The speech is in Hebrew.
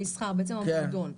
המסחר, בעצם במועדון.